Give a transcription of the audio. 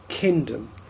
Kingdom